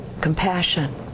compassion